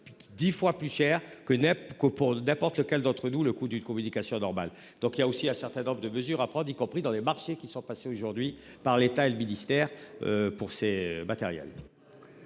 10 fois plus cher que Nep copeaux d'lequel d'entre nous, le coût d'une communication normale. Donc il y a aussi un certain nombre de mesures à prendre, y compris dans des marchés qui sont passés aujourd'hui par l'État et le ministère. Pour ces matériels.